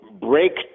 break